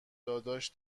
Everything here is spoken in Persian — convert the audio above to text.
داداش